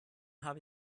habe